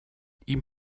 ihm